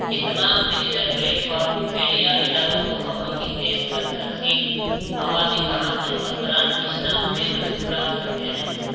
یہ تمام digital platform media اداروں کو خبروں کی تیز تر ترسیل عوامی تعامل اور برانڈ کی شناخت میں مدد فراہم کرتے ہیں